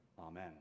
Amen